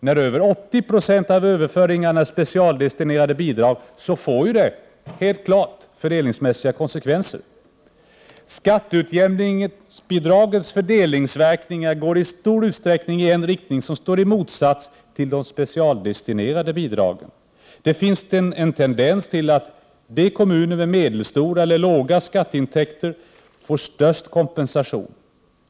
När över 80 6 av överföringarna är specialdestinerade bidrag får detta helt klart fördelningsmässiga konsekvenser. Skatteutjämningsbidragets fördelningsverkningar går i stor utsträckning i en riktning som står i motsats till de specialdestinerade bidragen. Det finns en tendens till att kommunen med medelstora eller låga skatteintäkter får största kompensationen.